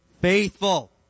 faithful